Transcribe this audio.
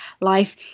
life